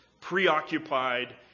preoccupied